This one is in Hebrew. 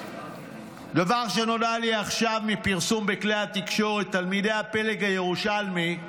דבר שנודע לי עכשיו מפרסום בכלי התקשורת: תלמידי הפלג הירושלמי,